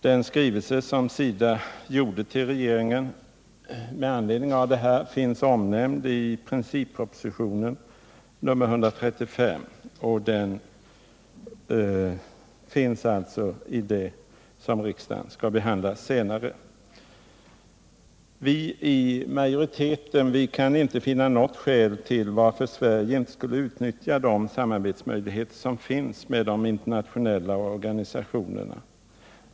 Den skrivelse som SIDA riktade till regeringen med anledning härav finns omnämnd i princippropositionen, nr 135, som riksdagen skall behandla senare i vår. Vi i majoriteten kan inte finna något skäl till att Sverige inte skulle utnyttja de samarbetsmöjligheter som finns med de internationella organisationerna.